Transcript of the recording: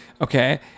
okay